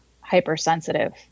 hypersensitive